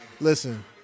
Listen